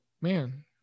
Man